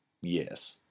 Yes